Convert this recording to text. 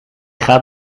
gaat